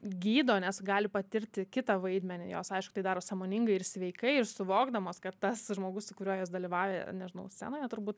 gydo nes gali patirti kitą vaidmenį jos aišku tai daro sąmoningai ir sveikai ir suvokdamos kad tas žmogus su kuriuo jos dalyvauja nežinau scenoje turbūt